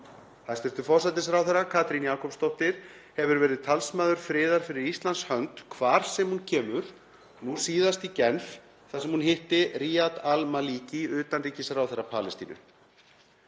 Hæstv. forsætisráðherra Katrín Jakobsdóttir hefur verið talsmaður friðar fyrir Íslands hönd hvar sem hún kemur, nú síðast í Genf þar sem hún hitti Riyad al-Maliki, utanríkisráðherra Palestínu.